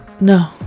No